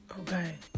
okay